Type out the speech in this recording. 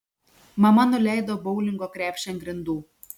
mama nuleido boulingo krepšį ant grindų